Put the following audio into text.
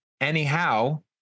anyhow